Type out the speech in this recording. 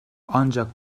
ancak